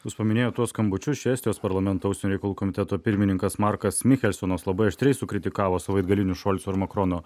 jūs paminėjot tuos skambučius čia estijos parlamento užsienio reikalų komiteto pirmininkas markas michelsonas labai aštriai sukritikavo savaitgalinius šolso ir makrono